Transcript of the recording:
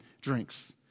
drinks